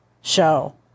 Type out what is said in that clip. show